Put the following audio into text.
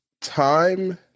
time